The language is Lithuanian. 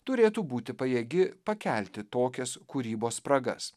turėtų būti pajėgi pakelti tokias kūrybos spragas